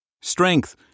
Strength